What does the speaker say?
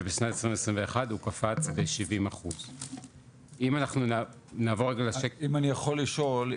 ובשנת 2021 הוא קפץ ב- 70%. אם אני יכול לשאול,